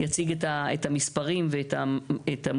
יציג את המספרים ואת המורכבות.